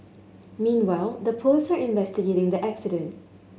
meanwhile the police are investigating the accident